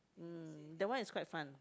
mm that one is quite fun